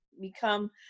become